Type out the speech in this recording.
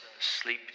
sleep